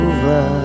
Over